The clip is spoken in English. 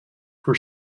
for